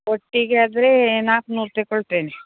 ಒಟ್ಟಿಗೆ ಆದರೆ ನಾಲ್ಕು ನೂರು ತಗೊಳ್ತೇನೆ